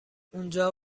اونجا